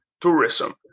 tourism